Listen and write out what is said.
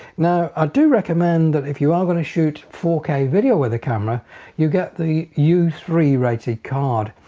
now i do recommend that if you are going to shoot four k video with a camera you get the u three rated card.